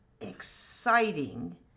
exciting